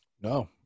No